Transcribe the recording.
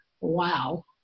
wow